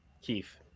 Keith